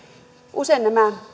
usein nämä